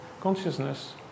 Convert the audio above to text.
consciousness